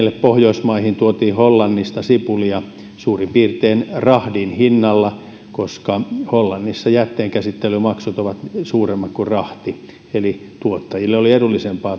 pohjoismaihin tuotiin hollannista sipulia suurin piirtein rahdin hinnalla koska hollannissa jätteenkäsittelymaksut ovat suuremmat kuin rahti eli tuottajille oli edullisempaa